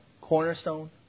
cornerstone